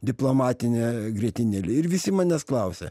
diplomatinė grietinėlė ir visi manęs klausė